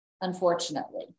unfortunately